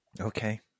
Okay